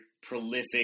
prolific